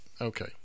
Okay